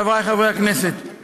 חבריי חברי הכנסת,